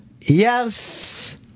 Yes